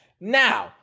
Now-